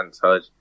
touch